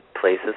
places